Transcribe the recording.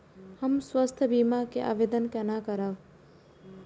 हम स्वास्थ्य बीमा के आवेदन केना करब?